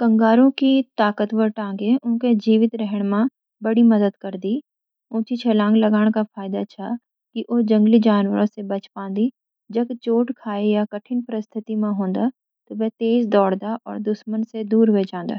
कंगारू की ताकतवर टाँगें उनकैं जीवित रहन म बड़ी मदद करदि। ऊंची छलांग लगाण का फायदा छ कि ओ जंगली जानवरों स बच पाँदिं। जख चोट-खाय या कठिन परिस्थिति म होनद, वो तेज दौड़दा और दुश्मन स दूर होजांद।